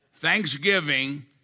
Thanksgiving